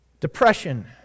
Depression